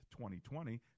2020